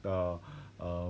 err